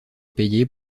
payer